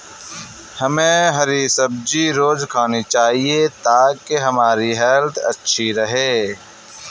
हमे हरी सब्जी रोज़ खानी चाहिए ताकि हमारी हेल्थ अच्छी रहे